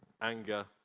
anger